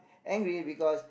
angry because